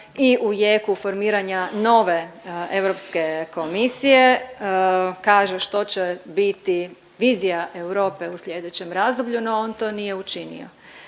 i u jeku formiranja nove Europske komisije kaže što će biti vizija Europe u slijedećem razdoblju, no on to nije učinio.